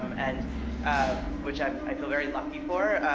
um and um which i i feel very lucky for,